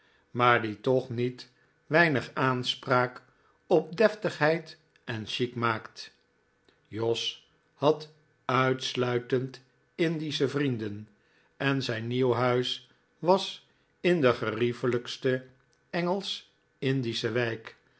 maar die toch niet weinig oooo da oo oo aanspraak op deftigheid en chic maakt jos had uitsluitend indische vrienden en zijn nieuw huis was in de geriefelijke engelsch indische wijk